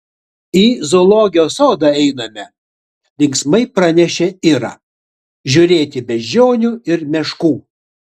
į zoologijos sodą einame linksmai pranešė ira žiūrėti beždžionių ir meškų